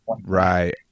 Right